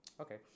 Okay